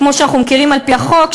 כמו שאנחנו מכירים על-פי החוק,